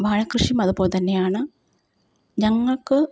വാഴക്കൃഷിയും അതുപോലെതന്നെയാണ് ഞങ്ങൾക്ക്